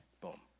Boom